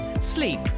sleep